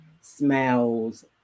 smells